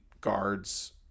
guards